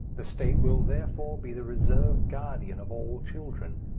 the state will, therefore, be the reserve guardian of all children.